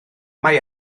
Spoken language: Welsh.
mae